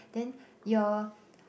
then your